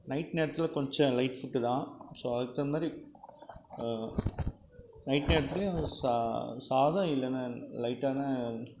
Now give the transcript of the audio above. night நேரத்தில் கொஞ்சம் light food தான் ஸோ அதுக்கு தகுந்த மாதிரி நைட் நேரத்துலேயும் சா சாதம் இல்லைனா லைட்டான